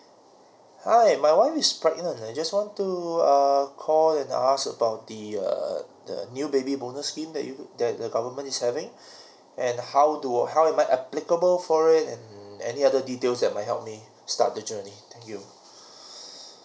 hi my wife is pregnant I just want to err call and ask about the err the new baby bonus scheme that you that the government is having and how do how am I applicable for it and any other details that might help me start the journey thank you